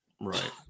Right